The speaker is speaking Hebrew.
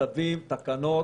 צווים ותקנות